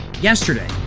Yesterday